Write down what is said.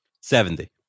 Seventy